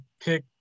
pick